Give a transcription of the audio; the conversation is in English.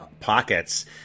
pockets